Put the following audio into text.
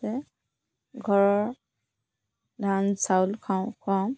যে ঘৰৰ ধান চাউল খাওঁ খুৱাওঁ